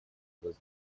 вас